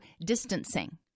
distancing